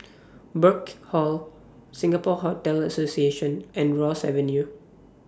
Burkill Hall Singapore Hotel Association and Ross Avenue